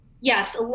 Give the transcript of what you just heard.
yes